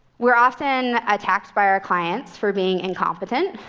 we're often attacked by our clients for being incompetent,